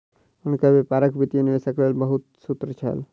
हुनकर व्यापारक वित्तीय निवेशक लेल बहुत सूत्र छल